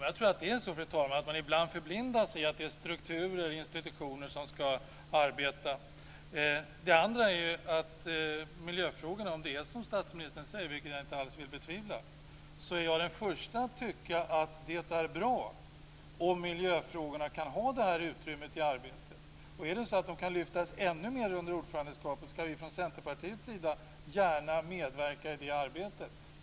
Fru talman! Jag tror att man ibland förblindas av att det är strukturer och institutioner som ska arbeta. Det andra är miljöfrågorna. Om det är som statsministern säger, vilket jag inte alls vill betvivla, är jag den första att tycka att det är bra om miljöfrågorna kan ha det utrymmet i arbetet. Kan de lyftas fram ännu mer under ordförandeskapet ska vi från Centerpartiets sida gärna medverka i det arbetet.